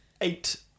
eight